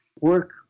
work